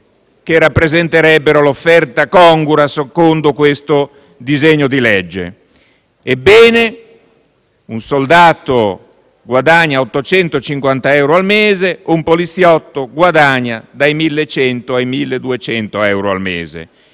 che rappresenterebbero l'offerta congrua secondo il provvedimento al nostro esame. Un soldato guadagna 850 euro al mese, un poliziotto guadagna dai 1.100 ai 1.200 euro al mese.